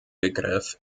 begriff